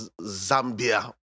zambia